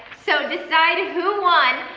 so decide who won,